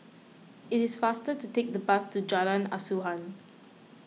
it is faster to take the bus to Jalan Asuhan